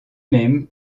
même